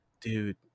dude